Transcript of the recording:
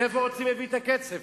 מאיפה רוצים להביא את הכסף?